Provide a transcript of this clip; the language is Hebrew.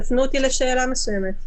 תפנו אותי לשאלה מסוימת.